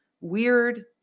weird